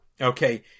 okay